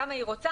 כמה היא רוצה,